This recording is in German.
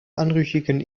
anrüchigen